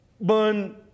burn